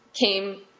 came